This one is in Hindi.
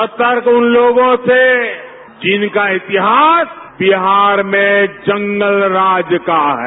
सतर्क उन लोगों से जिनका इतिहास विहार में जंगल राज का है